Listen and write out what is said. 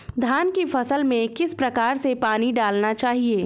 धान की फसल में किस प्रकार से पानी डालना चाहिए?